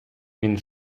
він